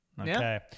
okay